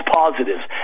positives